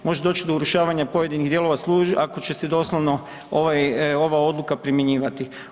Može doći do urušavanja pojedinih dijelova ... ako će se doslovno ova odluka primjenjivati.